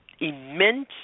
immense